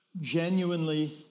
genuinely